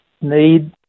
need